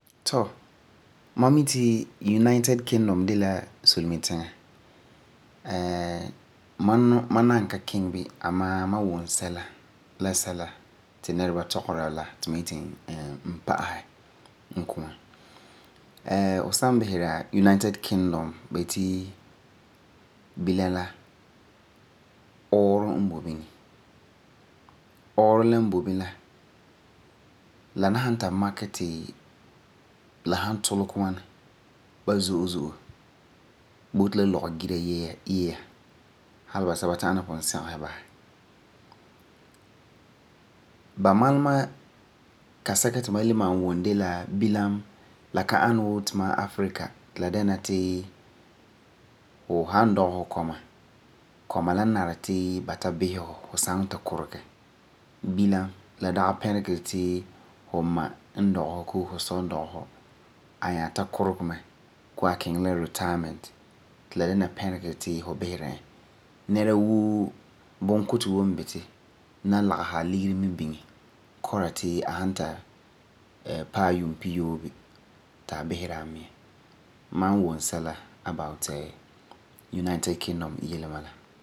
Tɔ, ma mi ri United Kingdom de la solemitiŋa ma nan ka kiŋɛ amaa ma wum sɛla la sɛla ti nɛreba tɔgera la ti ma yeti n pa'asɛ n kua. fu san bisera United Kingdom ba yeti bilam la ɔɔrɔ n boi bini. Ɔɔrɔ la n boi bini la, la san ta makɛ ti la san tulege ŋwana, ba zo'e zo'e boti la lɔgegira yɛ'a, hali basɛba ta'am na pugum segese basɛ. Bilam la dagi pɛrege ti fu ma bii fu sɔ n dɔgɛ fu a nyaa ta kurege mɛ, koo n kiŋɛ la retirement ti la dɛna pɛrege ti fu bisera e. Mam nbwum sɛla about United Kingdom yele n bala.